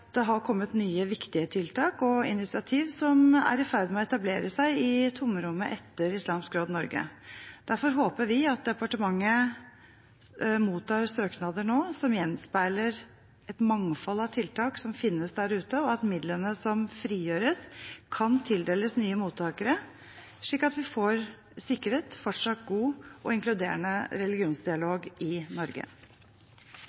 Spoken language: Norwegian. det har kommet nye, viktige tiltak og initiativ som er i ferd med å etablere seg i tomrommet etter Islamsk Råd Norge. Derfor håper vi at departementet nå mottar søknader som gjenspeiler et mangfold av tiltak som finnes der ute, og at midlene som frigjøres, kan tildeles nye mottakere, slik at vi får sikret en fortsatt god og inkluderende